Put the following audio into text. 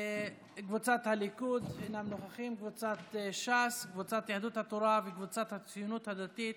קבוצת סיעת הציונות הדתית,